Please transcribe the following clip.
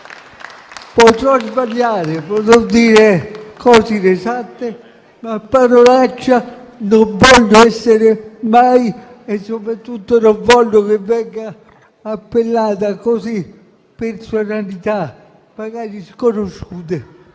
Potrò sbagliare, potrò dire cose inesatte, ma parolaccia non voglio essere mai e soprattutto non voglio che vengano appellate così personalità, magari sconosciute,